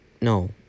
no